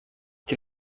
qui